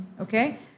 Okay